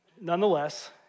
nonetheless